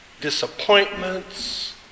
disappointments